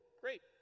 Great